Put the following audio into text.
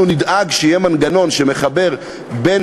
אנחנו נדאג שיהיה מנגנון שמחבר בין